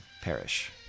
perish